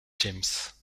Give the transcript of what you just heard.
james